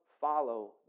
follow